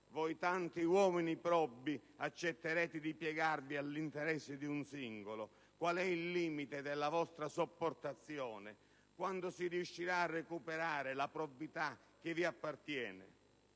voi tanti uomini probi, accetterete di piegarvi all'interesse di un singolo? Qual è il limite della vostra sopportazione? Quando si riuscirà a recuperare la probità che vi appartiene?